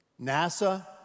NASA